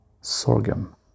sorghum